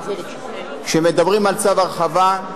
כשמדברים על צו הרחבה,